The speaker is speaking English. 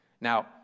Now